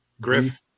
Griff